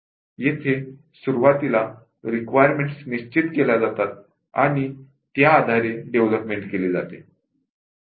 येथे सुरुवातीला रिक्वायरमेंट निश्चित केल्या जातात आणि त्या आधारे डेव्हलपमेंट केली जाते